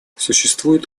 существуют